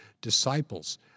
disciples